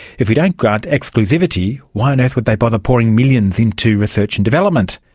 if we don't grant exclusivity, why on earth would they bother pouring millions into research and development?